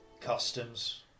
Customs